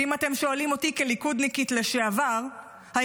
ואם אתם שואלים אותי כליכודניקית לשעבר אם